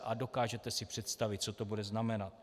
A dokážete si představit, co to bude znamenat.